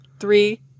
Three